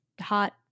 hot